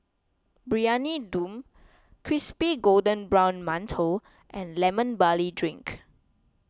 Briyani Dum Crispy Golden Brown Mantou and Lemon Barley Drink